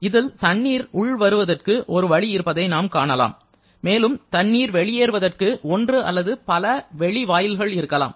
இதில் தண்ணீர் உள் வருவதற்கு ஒரு வழி இருப்பதை நாம் காணலாம் மேலும் தண்ணீர் வெளியேறுவதற்கு ஒன்று அல்லது பல வெளி வாயில்கள் இருக்கலாம்